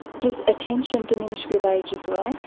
does attention diminish with age as well?